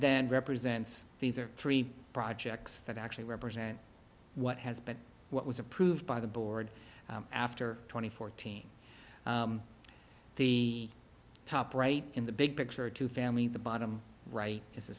then represents these are three projects that actually represent what has but what was approved by the board after twenty fourteen the top right in the big picture to family the bottom right is a